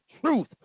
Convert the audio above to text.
truth